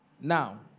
Now